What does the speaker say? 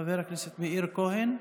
חבר הכנסת מאיר כהן,